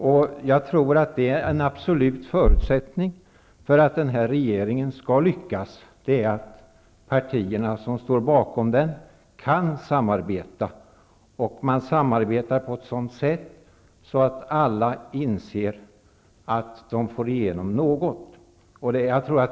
Jag tror att en förutsättning för att den här regeringen skall lyckas är att partierna som står bakom den kan samarbeta och att de samarbetar på ett sådant sätt att alla känner att de får igenom något.